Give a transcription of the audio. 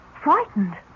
frightened